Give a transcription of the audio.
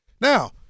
Now